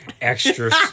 extra